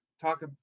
talk